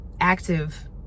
active